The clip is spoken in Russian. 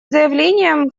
заявлением